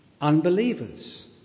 unbelievers